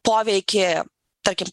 poveikį tarkim